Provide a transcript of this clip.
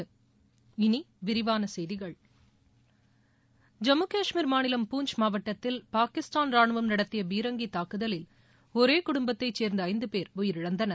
இனி விரிவான செய்திகள் ஜம்மு கஷ்மீர் மாநிலம் பூஞ்ச் மாவட்டத்தில் பாகிஸ்தான் ரானுவம் நடத்திய பீரங்கித் தாக்குதலில் ஒரே குடும்பத்தைச் சேர்ந்த ஐந்து பேர் உயிரிழந்தனர்